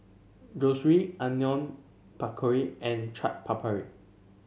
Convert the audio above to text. Zosui Onion Pakora and Chaat Papri